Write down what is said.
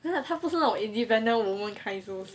她不是那种 independent women kind 是不是